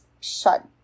shut